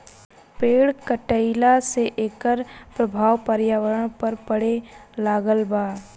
पेड़ कटईला से एकर प्रभाव पर्यावरण पर पड़े लागल बा